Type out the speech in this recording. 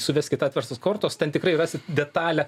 suveskit atverstos kortos ten tikrai rasit detalią